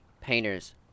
painters